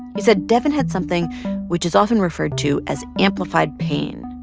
he said devyn had something which is often referred to as amplified pain.